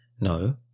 No